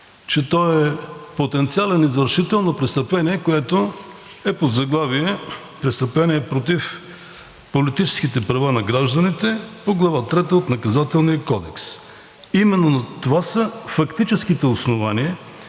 че той е потенциален извършител на престъпление, което е под заглавие „Престъпление против политическите права на гражданите“ по Глава трета от Наказателния кодекс. Именно това са фактическите основания.